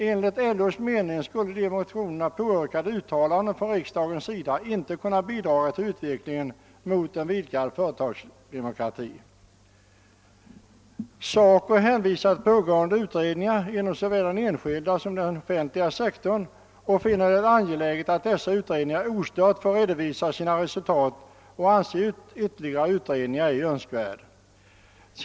Enligt LO:s mening skulle de i motionen påyrkade uttalandena från riksdagens sida inte kunna bidra till en utveckling mot vidgad företagsdemokrati. SACO hänvisar till pågående utredningar inom såväl den enskilda som den offentliga sektorn och finner det angeläget, att dessa utredningar ostört får redovisa sina resultat, man anser ytterligare utredningar ej önskvärda.